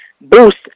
boost